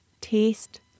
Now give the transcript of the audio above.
taste